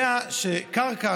יודע שקרקע